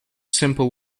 simple